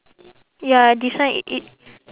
ya this one i~ it